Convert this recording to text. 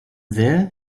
there